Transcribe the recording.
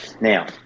Now